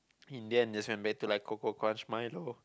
in the end I just went back to like cocoa Crunch Milo